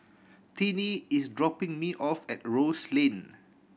Tiney is dropping me off at Rose Lane